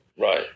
Right